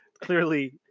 clearly